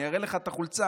אני אראה לך את החולצה,